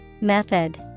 Method